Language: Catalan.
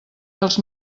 dels